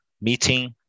meeting